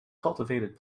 cultivated